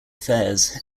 affairs